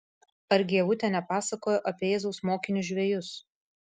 argi ievutė nepasakojo apie jėzaus mokinius žvejus